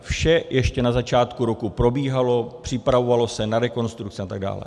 Vše ještě na začátku roku probíhalo, připravovalo se na rekonstrukci atd.